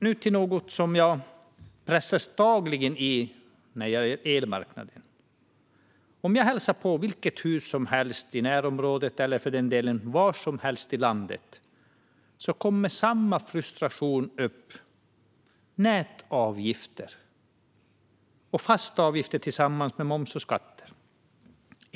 Nu till något som jag pressas om dagligen när det gäller elmarknaden. Vilket hus jag än hälsar på i, i närområdet eller för den delen var som helst i landet, kommer samma frustration upp. Det handlar om nätavgifter och fasta avgifter tillsammans med moms och skatter.